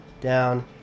down